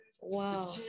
Wow